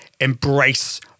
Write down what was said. embrace